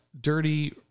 dirty